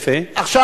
עכשיו,